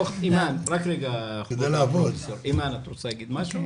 אימאן, את רוצה להגיד משהו?